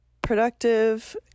Productive